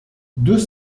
deux